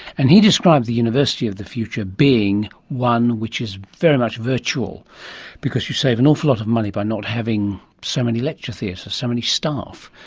and he described the university of the future being one which is very much virtual because you save an awful lot of money by not having so many lecture theatres, so many staff.